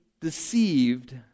deceived